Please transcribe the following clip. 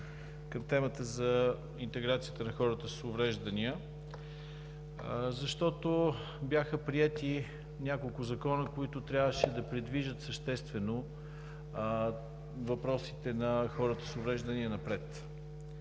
към темата за интеграцията на хората с увреждания, защото бяха приети няколко закона, които трябваше да придвижат съществено напред въпросите на хората с увреждания.